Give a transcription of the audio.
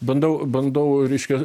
bandau bandau reiškia